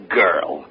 girl